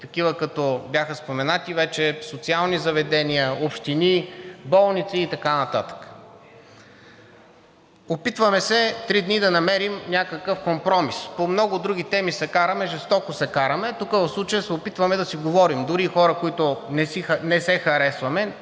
Такива бяха споменати вече – социални заведения, общини, болници и така нататък. Опитваме се три дни да намерим някакъв компромис. По много други теми се караме, жестоко се караме – тук в случая се опитваме да си говорим, дори и хора, които не се харесваме